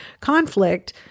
conflict